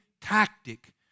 tactic